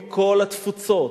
מכל התפוצות.